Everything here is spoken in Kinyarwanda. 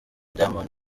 diamond